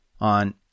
on